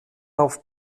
auf